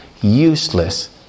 useless